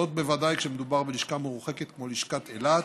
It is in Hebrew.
בוודאי כשמדובר בלשכה מרוחקת כמו לשכת אילת,